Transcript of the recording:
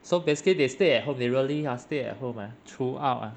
so basically they stay at home they really ah stay at home ah throughout ah